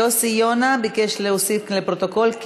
יוסי יונה ביקש להוסיף אותו לפרוטוקול,